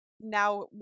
now